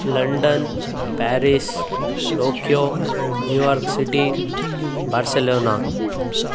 London Paris Tokyo New York city Barcelona